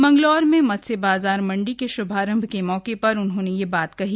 मंगलौर में मत्स्य बाज़ार मंडी के श्भारंभ के मौके पर उन्होंने यह बात कही